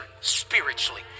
spiritually